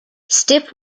stiff